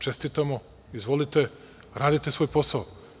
Čestitamo, izvolite, radite svoj posao.